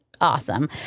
awesome